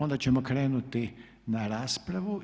Onda ćemo krenuti na raspravu.